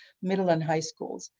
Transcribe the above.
middle and high schools.